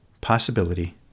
Possibility